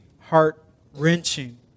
heart-wrenching